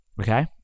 okay